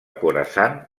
khorasan